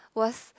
was